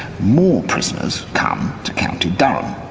more prisoners come to county durham,